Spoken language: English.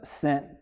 sent